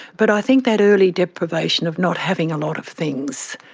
but i think that early deprivation of not having a lot of things,